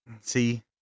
See